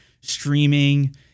streaming